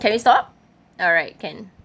can we stop all right can